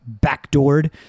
backdoored